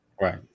right